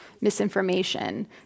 misinformation